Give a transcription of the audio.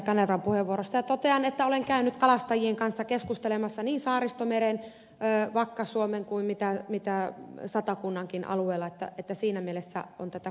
kanervan puheenvuorosta ja totean että olen käynyt kalastajien kanssa keskustelemassa niin saaristomeren vakka suomen kuin satakunnankin alueella että siinä mielessä on tätä kuulemista harjoitettu